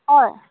হয়